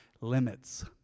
Limits